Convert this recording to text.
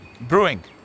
Brewing